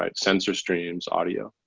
ah sensor streams, audio.